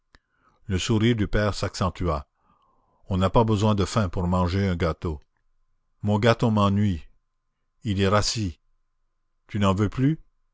le sourire du père s'accentua on n'a pas besoin de faim pour manger un gâteau mon gâteau m'ennuie il est rassis tu n'en veux plus